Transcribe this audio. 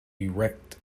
erect